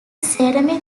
ceramic